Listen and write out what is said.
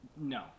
No